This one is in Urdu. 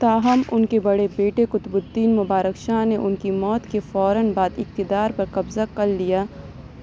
تاہم ان کے بڑے بیٹے قطب الدین مبارک شاہ نے ان کی موت کے فوراً بعد اقتدار پر قبضہ کر لیا